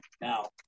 now